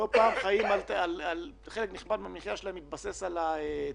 חלק נכבד מהמחייה שלהם מתבסס על טיפים.